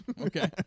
Okay